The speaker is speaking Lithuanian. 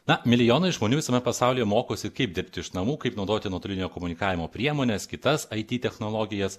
na milijonai žmonių visame pasaulyje mokosi kaip dirbti iš namų kaip naudoti nuotolinio komunikavimo priemones kitas it technologijas